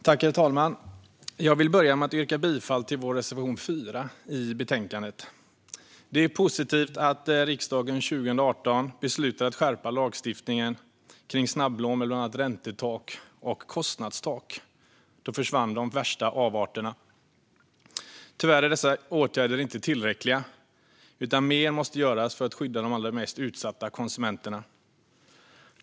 Herr talman! Jag vill börja med att yrka bifall till vår reservation 4 i betänkandet. Det är positivt att riksdagen 2018 beslutade att skärpa lagstiftningen kring snabblån med bland annat räntetak och kostnadstak. Då försvann de värsta avarterna. Tyvärr är dessa åtgärder inte tillräckliga, utan mer måste göras för att skydda de allra mest utsatta konsumenterna.